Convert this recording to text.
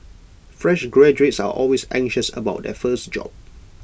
fresh graduates are always anxious about their first job